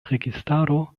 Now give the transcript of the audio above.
registaro